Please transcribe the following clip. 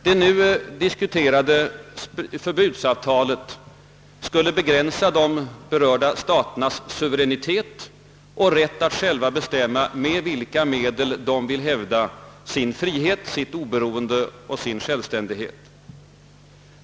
Det nu diskuterade förbudsavtalet skulle begränsa de berörda parternas suveränitet och rätt att själva bestämma med vilka medel de vill hävda sin frihet, sitt oberoende och sin självständighet.